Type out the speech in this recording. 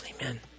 amen